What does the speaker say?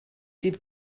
sydd